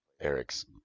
Eric's